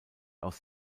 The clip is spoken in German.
aus